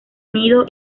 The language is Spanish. nido